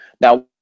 Now